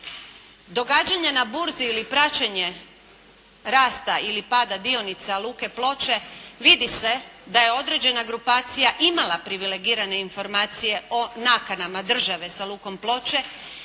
Događanja na burzi ili praćenje rasta ili pada dionica Luke Ploče vidi se da je određena grupacija imala privilegirane informacije o nakanama države sa Lukom Ploče